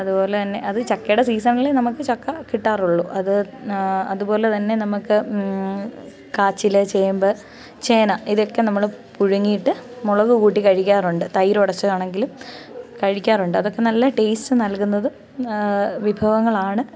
അതുപോലെതന്നെ അത് ചക്കയുടെ സീസണിൽ നമുക്ക് ചക്ക കിട്ടാറുള്ളൂ അത് അതുപോലെ തന്നെ നമ്മൾക്ക് കാച്ചിൽ ചേമ്പ് ചേന ഇതൊക്കെ നമ്മൾ പുഴുങ്ങിയിട്ട് മുളക് കൂട്ടി കഴിക്കാറുണ്ട് തൈര് ഉടച്ചതാണെങ്കിലും കഴിക്കാറുണ്ട് അതൊക്കെ നല്ല ടേയിസ്റ്റ് നൽകുന്നത് വിഭവങ്ങളാണ്